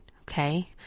Okay